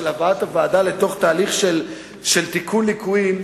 של הבאת הוועדה לתוך תהליך של תיקון ליקויים,